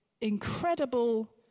incredible